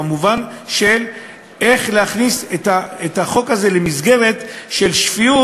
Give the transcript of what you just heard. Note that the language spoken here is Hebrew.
במובן של איך להכניס את החוק הזה למסגרת של שפיות,